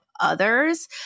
others